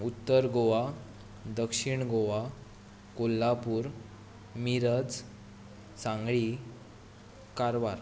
उत्तर गोवा दक्षिण गोवा कोल्हापूर मिरज सांगळी कारवार